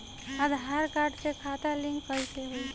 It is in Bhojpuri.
आधार कार्ड से खाता लिंक कईसे होई?